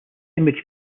image